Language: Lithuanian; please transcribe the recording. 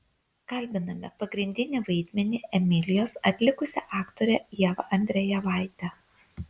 kalbiname pagrindinį vaidmenį emilijos atlikusią aktorę ievą andrejevaitę